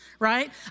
right